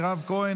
מירב כהן,